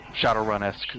Shadowrun-esque